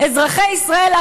אזרחי ישראל,